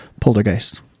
Poltergeist